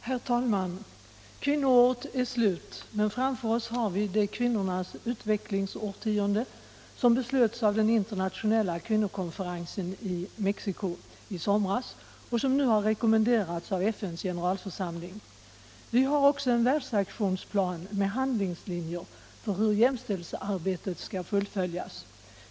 Herr talman! Kvinnoåret är slut, men framför oss har vi det kvinnornas utvecklingsårtionde som beslöts av den internationella kvinnokonferensen i Mexico i somras och som nu har rekommenderats av FN:s generalförsamling. Vi har också en världsaktionsplan med handlingslinjer för hur jämställdhetsarbetet skall fullföljas.